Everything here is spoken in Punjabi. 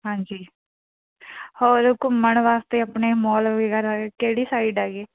ਹਾਂਜੀ ਹੋਰ ਘੁੰਮਣ ਵਾਸਤੇ ਆਪਣੇ ਮੋਲ ਵਗੈਰਾ ਕਿਹੜੀ ਸਾਈਡ ਹੈਗੇ